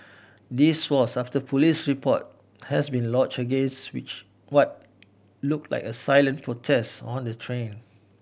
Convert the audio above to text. this was after a police report has been lodged against which what looked like a silent protest on the train